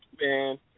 Man